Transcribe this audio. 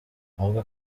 avuga